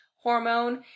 hormone